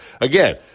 Again